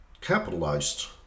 capitalized